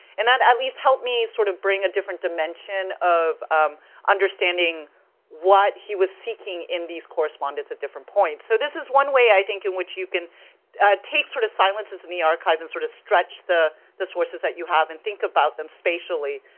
and that at least helped me sort of bring a different dimension of um understanding what he was seeking in these correspondences at different points. so this is one way i think in which you can take sort of silences in the archive and sort of stretch the the sources that you have and think about them spatially,